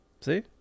See